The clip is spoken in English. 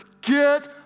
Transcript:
Get